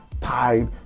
tied